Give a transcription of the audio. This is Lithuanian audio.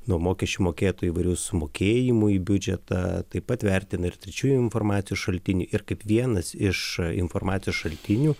nuo mokesčių mokėtojų įvairių sumokėjimų į biudžetą taip pat vertina ir trečiųjų informacijos šaltinį ir kaip vienas iš informacijos šaltinių